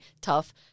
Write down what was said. tough